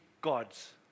gods